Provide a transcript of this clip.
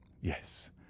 yes